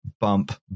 bump